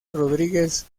rodríguez